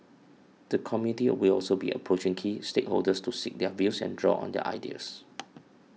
the committee will also be approaching key stakeholders to seek their views and draw on their ideas